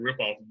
ripoff